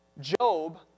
Job